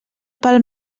pel